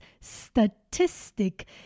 statistic